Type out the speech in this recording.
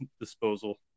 Disposal